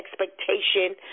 expectation